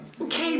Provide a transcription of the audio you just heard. Okay